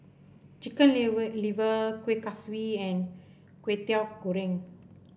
Chicken Liver Kueh Kaswi and Kwetiau Goreng